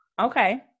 Okay